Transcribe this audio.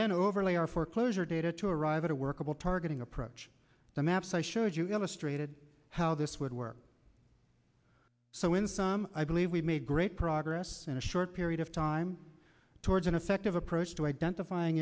then overlay our foreclosure data to arrive at a workable targeting approach the maps i showed you are going to straighten how this would work so in sum i believe we've made great progress in a short period of time towards an effective approach to identify